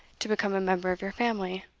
to become a member of your family?